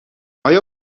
آیا